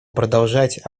продолжать